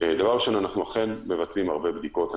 דבר ראשון, אנחנו אכן מבצעים הרבה מאוד בדיקות.